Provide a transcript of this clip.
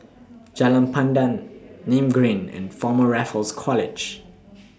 Jalan Pandan Nim Green and Former Raffles College